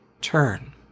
turn